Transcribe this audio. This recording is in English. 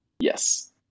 yes